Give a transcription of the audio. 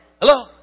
Hello